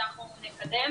שאנחנו רוצים לקדם,